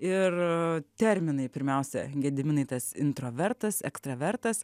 ir terminai pirmiausia gediminai tas introvertas ekstravertas